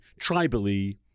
tribally